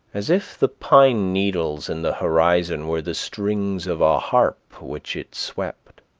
as if the pine needles in the horizon were the strings of a harp which it swept.